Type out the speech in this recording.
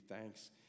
thanks